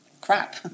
crap